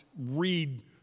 read